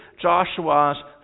Joshua's